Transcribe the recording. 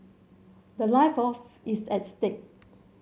the life of is at stake